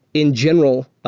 in general,